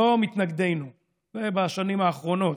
לא מתנגדינו בשנים האחרונות,